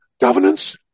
governance